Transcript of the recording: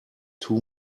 too